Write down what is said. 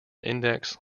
index